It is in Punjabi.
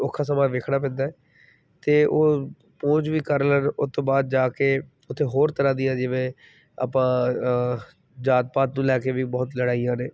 ਔਖਾਂ ਸਮਾਂ ਵੇਖਣਾ ਪੈਂਦਾ ਹੈ ਅਤੇ ਉਹ ਪਹੁੰਚ ਵੀ ਕਰ ਲੈਣ ਉਹ ਤੋਂ ਬਾਅਦ ਜਾ ਕੇ ਉੱਥੇ ਹੋਰ ਤਰ੍ਹਾਂ ਦੀਆਂ ਜਿਵੇਂ ਆਪਾਂ ਜਾਤ ਪਾਤ ਤੋਂ ਲੈ ਕੇ ਵੀ ਬਹੁਤ ਲੜ੍ਹਾਈਆਂ ਨੇ